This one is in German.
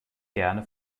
gerne